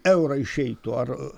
eurą išeitų ar